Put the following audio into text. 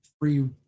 three